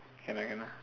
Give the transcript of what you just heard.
can ah can ah